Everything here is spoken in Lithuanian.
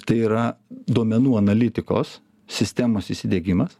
tai yra duomenų analitikos sistemos įsidiegimas